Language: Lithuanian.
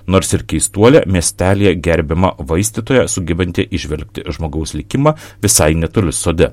nors ir keistuolė miestelyje gerbiama vaistytoja sugebanti įžvelgti žmogaus likimą visai netoli sode